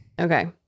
Okay